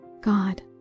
God